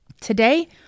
today